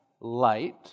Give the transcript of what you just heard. light